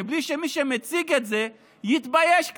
בלי שמי שמציג את זה יתבייש קצת,